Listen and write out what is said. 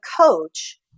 coach